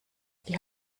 die